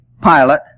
pilot